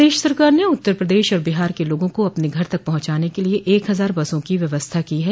प्रदेश सरकार ने उत्तर प्रदेश और बिहार के लोगों को अपने घर पहुंचाने के लिए एक हजार बसों की व्यवस्था की है